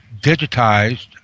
digitized